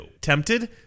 Tempted